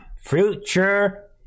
Future